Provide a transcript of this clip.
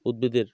উদ্ভিদের